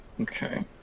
Okay